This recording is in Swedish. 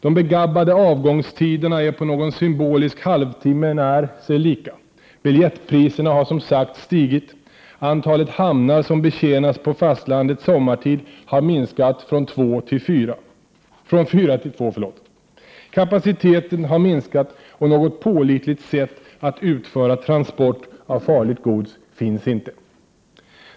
De begabbade avgångstiderna är på någon symbolisk halvtimme när sig lika. Biljettpriserna har som sagt stigit. Antalet hamnar som betjänas på fastlandet sommartid har minskat från fyra till två. Kapaciteten har minskat, och något pålitligt sätt att utföra transport av farligt gods finns inte.